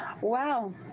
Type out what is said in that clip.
Wow